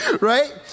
Right